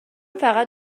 فقط